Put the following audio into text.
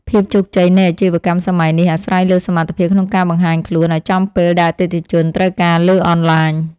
ភាពជោគជ័យនៃអាជីវកម្មសម័យនេះអាស្រ័យលើសមត្ថភាពក្នុងការបង្ហាញខ្លួនឱ្យចំពេលដែលអតិថិជនត្រូវការលើអនឡាញ។